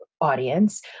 audience